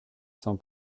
sans